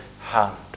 hand